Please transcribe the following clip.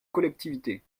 collectivité